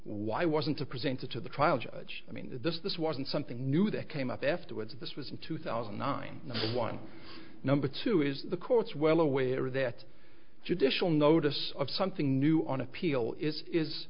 why wasn't a presented to the trial judge i mean this this wasn't something new that came up afterwards this was in two thousand and nine number two is the court's well away or their judicial notice of something new on appeal is